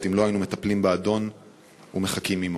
אם לא היינו מטפלים באדון ומחכים עמו.